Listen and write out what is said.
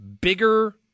bigger